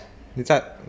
你在